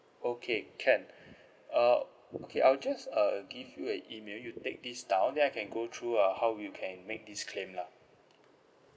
okay can uh okay I'll just uh give you an email you take this down then I can go through uh how you can make this claim lah